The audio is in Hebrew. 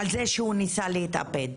על זה שהוא ניסה להתאבד.